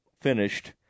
finished